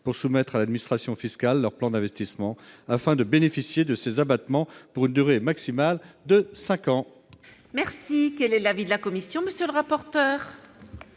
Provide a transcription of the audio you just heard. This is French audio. pour soumettre à l'administration fiscale leur plan d'investissement, afin de bénéficier de ces abattements pour une durée maximale de cinq ans.